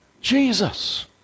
Jesus